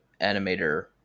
animator